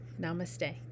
namaste